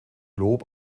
lob